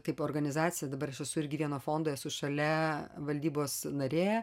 kaip organizacija dabar aš esu irgi vieno fondo esu šalia valdybos narė